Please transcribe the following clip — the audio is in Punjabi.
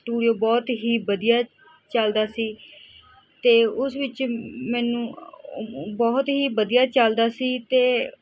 ਸਟੂਡੀਓ ਬਹੁਤ ਹੀ ਵਧੀਆ ਚਲਦਾ ਸੀ ਅਤੇ ਉਸ ਵਿੱਚ ਮੈਨੂੰ ਬਹੁਤ ਹੀ ਵਧੀਆ ਚੱਲਦਾ ਸੀ ਅਤੇ